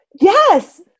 Yes